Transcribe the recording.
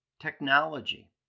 technology